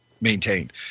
maintained